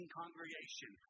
congregation